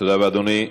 תודה רבה, אדוני.